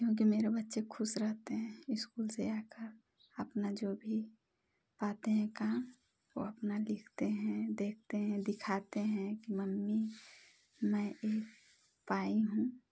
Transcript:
क्योंकि मेरे बच्चे ख़ुश रहते हैं स्कूल से आकर अपना जो भी पाते हैं काम वह अपना लिखते हैं देखते हैं दिखाते हैं कि मम्मी मैं यह पाई हूँ